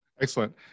excellent